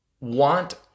want